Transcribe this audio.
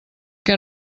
què